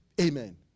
Amen